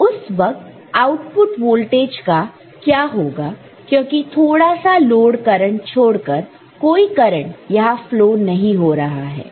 तो उस वक्त आउटपुट वोल्टेज का क्या होगा क्योंकि थोड़ा सा लोड करंट छोड़कर कोई करंट यहां फ्लो नहीं हो रहा है